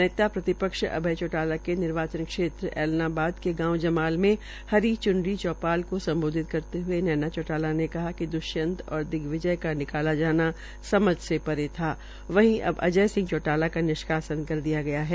नेता प्रतिपक्ष अभय चौटाला के निर्वाचन क्षेत्र ऐलनाबाद के गांव जमाल में हरी चूनरी चौपाल को सम्बोधित करते हुए नैना चौटाला ने कहा कि द्वष्यंत औ दिग्विजय का निकाला जाना समझ सेपरे या वही अब अजय चौटाला का निष्कासन कर दिया गया है